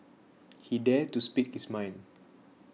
he dared to speak his mind